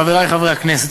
חברי חברי הכנסת,